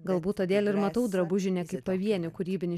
galbūt todėl ir matau drabužį ne kaip pavienį kūrybinį